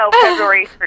february